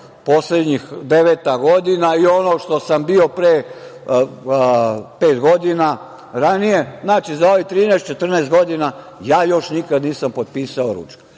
poslednjih, deveta godina i ono što sam bio pre pet godina ranije, za ovih 13-14 godina ja još nikada nisam potpisao ručak. Šta